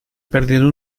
perdido